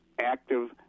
active